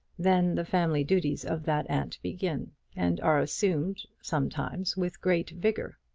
then the family duties of that aunt begin and are assumed sometimes with great vigour.